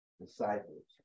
disciples